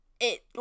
it-